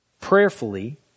prayerfully